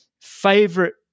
favorite